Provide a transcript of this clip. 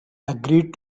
agreed